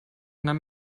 nahm